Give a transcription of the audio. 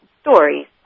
stories